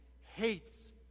hates